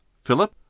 Philip